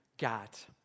got